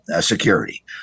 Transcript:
security